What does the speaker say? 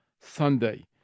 Sunday